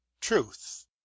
truth